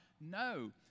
No